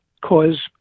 cause